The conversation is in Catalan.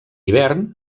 hivern